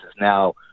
now